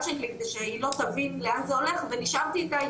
שלי כדי שהיא לא תבין לאן זה הולך ונשארתי איתה,